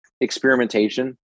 experimentation